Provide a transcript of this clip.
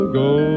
go